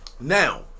Now